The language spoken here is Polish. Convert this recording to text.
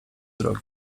drogi